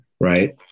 Right